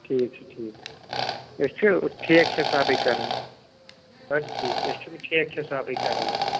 ٹھیٖک چھُ ٹھیٖک چھُ أسۍ چھِ ٹھیٖک حِسابٕے کَران اَدٕ ٹھیٖک أسۍ چھِ ٹھیٖک حِسابٕے کَران